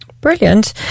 Brilliant